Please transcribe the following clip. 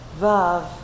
vav